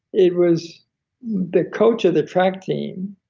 it was the coach of the track team